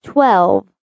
Twelve